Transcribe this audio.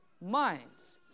minds